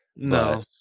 No